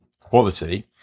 quality